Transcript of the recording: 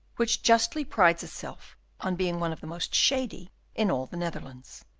which justly prides itself on being one of the most shady in all the netherlands.